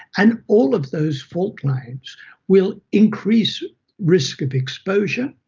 and all of those fault lines will increase risk of exposure,